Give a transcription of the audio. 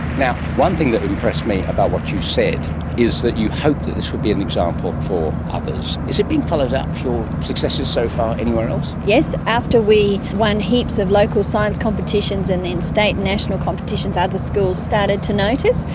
one thing that impressed me about what you said is that you hope that this will be an example for others. is it being followed up, your successes so far, anywhere else? yes, after we won heaps of local science competitions and then state and national competitions, ah other schools started to notice.